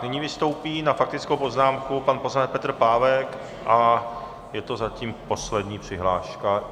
Nyní vystoupí na faktickou poznámku pan poslanec Petr Pávek a je to zatím poslední přihláška.